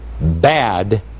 bad